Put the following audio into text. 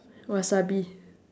wasabi